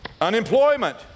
Unemployment